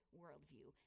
worldview